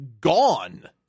gone